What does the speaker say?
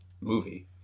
movie